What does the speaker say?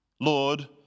Lord